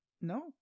No